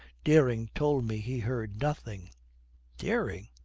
dering told me he heard nothing dering?